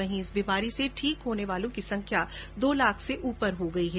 वहीं इस बीमारी से ठीक होने वालों की संख्या दो लाख से ऊपर हो गई है